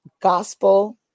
gospel